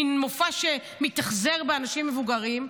מין מופע שמתאכזר לאנשים מבוגרים,